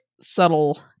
subtle